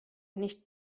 nicht